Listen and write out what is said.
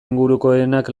ingurukoenak